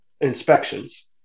inspections